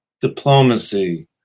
diplomacy